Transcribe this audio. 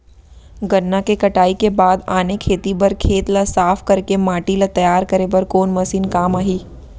गन्ना के कटाई के बाद आने खेती बर खेत ला साफ कर के माटी ला तैयार करे बर कोन मशीन काम आही?